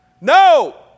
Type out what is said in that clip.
No